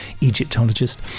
egyptologist